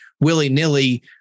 willy-nilly